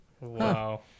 Wow